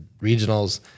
regionals